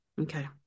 Okay